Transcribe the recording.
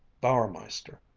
bauermeister,